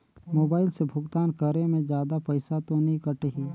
Mobile से भुगतान करे मे जादा पईसा तो नि कटही?